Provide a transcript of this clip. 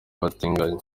abatinganyi